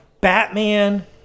Batman